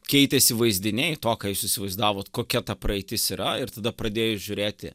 keitėsi vaizdiniai to ką jūs įsivaizdavot kokia ta praeitis yra ir tada pradėjus žiūrėti